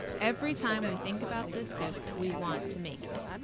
every time we think about this soup, we want to make it.